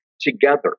together